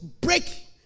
break